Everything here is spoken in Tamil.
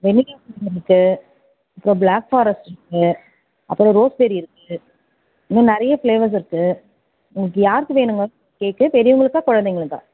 வெண்ணிலா ஃப்ளேவர் இருக்குது அப்புறம் ப்ளாக்ஃபாரஸ்ட் இருக்குது அப்பறம் ரோஸ்பெரி இருக்குது இன்னும் நிறைய ஃப்ளேவர்ஸ் இருக்குது உங்களுக்கு யாருக்கு வேணுங்க கேக்கு பெரியவங்களுக்கா குழந்தைங்களுக்கா